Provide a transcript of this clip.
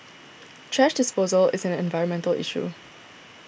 thrash disposal is an environmental issue